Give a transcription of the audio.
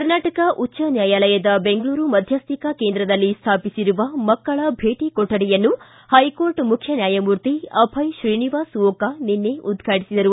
ಕರ್ನಾಟಕ ಉಚ್ದ ನ್ಯಾಯಾಲಯದ ಬೆಂಗಳೂರು ಮಧ್ಯುಕಾ ಕೇಂದ್ರದಲ್ಲಿ ಸ್ಮಾಪಿಸಿರುವ ಮಕ್ಕಳ ಭೇಟಿ ಕೊಠಡಿಯನ್ನು ಹೈಕೋರ್ಟ್ ಮುಖ್ಯ ನ್ಯಾಯಮೂರ್ತಿ ಅಭಯ್ ಶ್ರೀನಿವಾಸ್ ಓಕಾ ನಿನ್ನೆ ಉದ್ಘಾಟಿಸಿದರು